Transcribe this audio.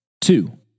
Two